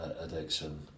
addiction